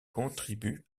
contribuent